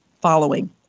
following